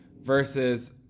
versus